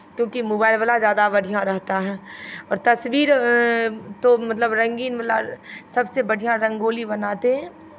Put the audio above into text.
क्योंकि मोबाइल वाला ज़्यादा बढ़ियाँ रहता है और तस्वीर तो मतलब रंगीन वाला सबसे बढ़ियाँ रंगोली बनाते हैं